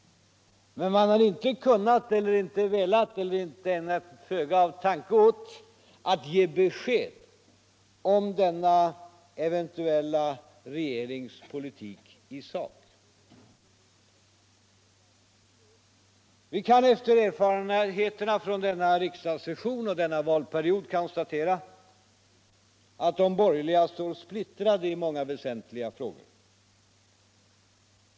Men man har inte kunnat eller velat ge besked om denna eventuella regerings politik i sak — och ägnat detta föga av tanke. Vi kan efter erfarenheterna från denna riksdagssession och denna valperiod konstatera att de borgerliga står splittrade i många väsentliga frågor.